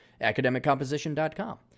academiccomposition.com